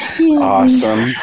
awesome